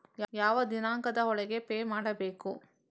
ಯಾವ ದಿನಾಂಕದ ಒಳಗೆ ಪೇ ಮಾಡಬೇಕು?